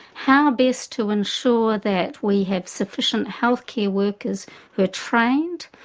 how best to ensure that we have sufficient healthcare workers who are trained,